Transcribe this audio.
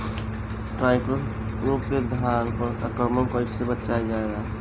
टाइक्रोग्रामा के धान पर आक्रमण से कैसे बचाया जाए?